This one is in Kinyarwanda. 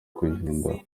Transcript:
kuyihindura